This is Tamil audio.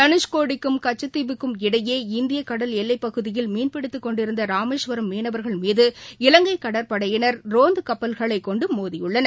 தனுஷ்கோடிக்கும் கச்சத்தீவுக்கும் இடையே இந்திய கடல் எல்லைப்பகுதியில் மீன்பிடித்துக் கொணடிருந்தராமேஸ்வரம் மீனவர்கள் மீகு இலங்கைகடற்படையினர் ரோந்துகப்பல்களைக் கொண்டுமோதியுள்ளனர்